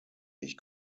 ich